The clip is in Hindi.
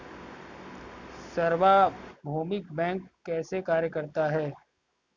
सार्वभौमिक बैंक कैसे कार्य करता है?